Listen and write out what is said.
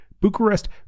Bucharest